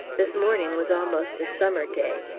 this morning was almost a summer day,